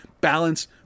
Balance